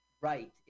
Right